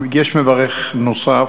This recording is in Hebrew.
יש מברך נוסף.